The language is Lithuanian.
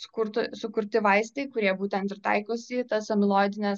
sukurta sukurti vaistai kurie būtent ir taikosi į tas amiloidines